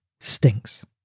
stinks